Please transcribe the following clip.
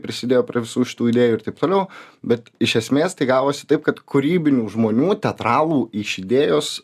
prisidėjo prie visų šitų idėjų ir taip toliau bet iš esmės tai gavosi taip kad kūrybinių žmonių teatralų iš idėjos